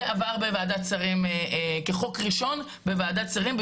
זה עבר כחוק ראשון בוועדת השרים.